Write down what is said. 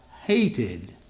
hated